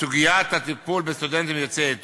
סוגיית הטיפול בסטודנטים יוצאי אתיופיה,